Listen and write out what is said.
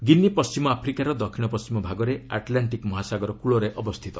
ଗିନି ପଣ୍ଟିମ ଆଫ୍ରିକାର ଦକ୍ଷିଣ ପଣ୍ଟିମ ଭାଗରେ ଆଟ୍ଲାଣ୍ଟିକ୍ ମହାସାଗର କକଳରେ ଅବସ୍ଥିତ